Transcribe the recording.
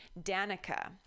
Danica